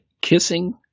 kissing